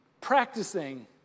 practicing